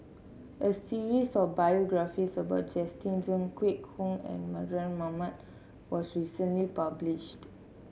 a series of biographies about Justin Zhuang Kwek Hong Png and Mardan Mamat was recently published